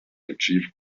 achieve